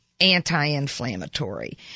anti-inflammatory